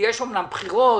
יש אמנם בחירות,